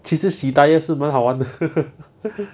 其实洗 tyre 是蛮好玩的